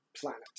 planet